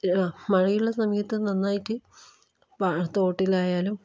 മഴയുള്ള സമയത്ത് നന്നായിട്ട് പാ തോട്ടിലായാലും